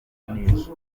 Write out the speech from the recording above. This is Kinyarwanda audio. neza